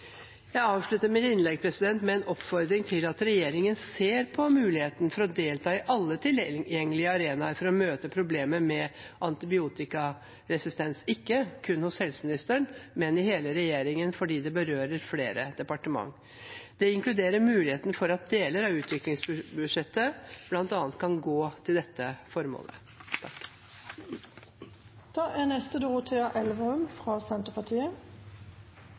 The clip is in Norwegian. Jeg avslutter mitt innlegg med en oppfordring om at regjeringen ser på muligheten for å delta i alle tilgjengelige arenaer for å møte problemet med antibiotikaresistens, ikke kun hos helseministeren, men hele regjeringen, fordi det berører flere departement. Det inkluderer muligheten for at deler av utviklingsbudsjettet kan gå bl.a. til dette formålet.